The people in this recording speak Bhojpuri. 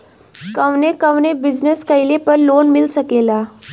कवने कवने बिजनेस कइले पर लोन मिल सकेला?